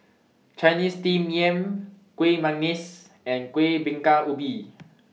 Chinese Steamed Yam Kuih Manggis and Kueh Bingka Ubi